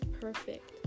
perfect